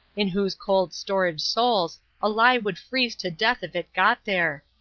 in whose cold-storage souls a lie would freeze to death if it got there!